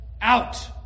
out